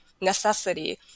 necessity